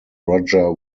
roger